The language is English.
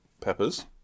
peppers